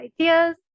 ideas